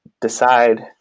decide